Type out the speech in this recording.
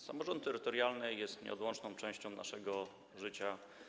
Samorząd terytorialny jest nieodłączną częścią naszego życia.